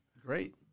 Great